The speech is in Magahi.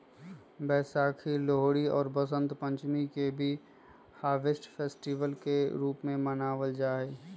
वैशाखी, लोहरी और वसंत पंचमी के भी हार्वेस्ट फेस्टिवल के रूप में मनावल जाहई